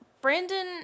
Brandon